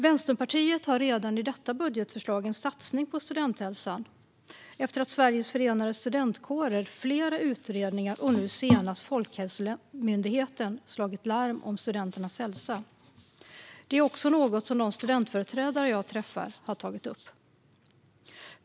Vänsterpartiet har redan i sitt budgetförslag en satsning på studenthälsan efter att Sveriges förenade studentkårer, flera utredningar och nu senast Folkhälsomyndigheten slagit larm om studenternas hälsa. Det är också något som de studentföreträdare som jag träffat har tagit upp.